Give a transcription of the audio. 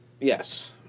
Yes